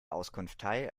auskunftei